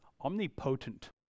omnipotent